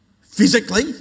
Physically